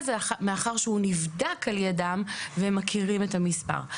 זה מאחר שהוא נבדק על ידם והם מכירים את המספר.